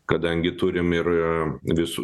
kadangi turim ir visų